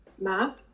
map